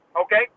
Okay